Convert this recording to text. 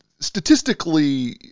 statistically